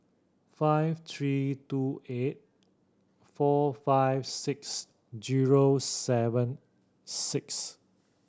five three two eight four five six zero seven six